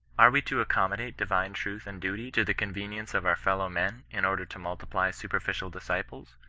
are we to accommodate divine truth and duty to the con venience of our fellow-men, in order to multiply super ficial disciples?